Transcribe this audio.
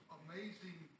amazing